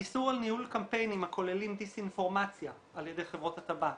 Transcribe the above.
איסור על ניהול קמפיינים הכוללים דיסאינפורמציה על ידי חברות הטבק,